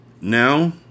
Now